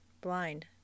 blind